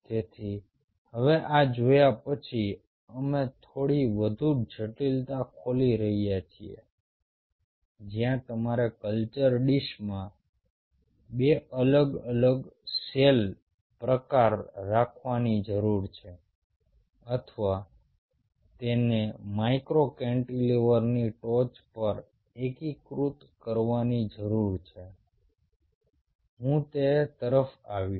તેથી હવે આ જોયા પછી અમે થોડી વધુ જટિલતા ખોલી રહ્યા છીએ જ્યાં તમારે કલ્ચર ડીશમાં બે અલગ અલગ સેલ પ્રકાર રાખવાની જરૂર છે અથવા તેને માઇક્રો કેન્ટિલેવરની ટોચ પર એકીકૃત કરવાની જરૂર છે હું તે તરફ આવીશ